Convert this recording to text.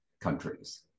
countries